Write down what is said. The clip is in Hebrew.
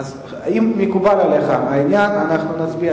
אם מקובל עליך העניין, אנחנו נצביע.